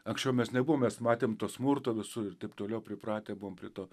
anksčiau mes nebuvom mes matėm to smurto visur ir taip toliau pripratę buvom prie to